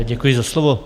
Děkuji za slovo.